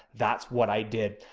that's what i did.